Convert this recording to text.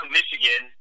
Michigan